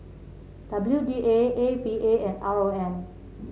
W D A A V A and R O M